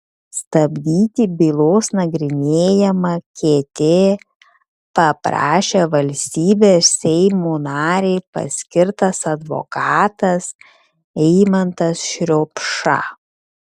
stabdyti bylos nagrinėjimą kt paprašė valstybės seimo narei paskirtas advokatas eimantas šriupša